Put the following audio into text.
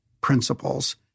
principles